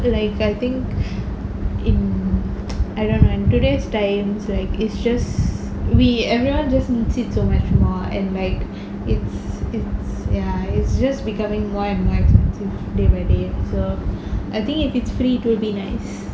like I think in I don't know today's times like is just we everyone just needs it so much more and like it's it's ya it's just becoming more and more expensive to live a day so I think if it's free it would be nice